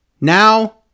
now